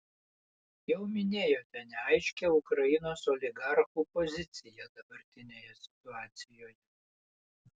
jau minėjote neaiškią ukrainos oligarchų poziciją dabartinėje situacijoje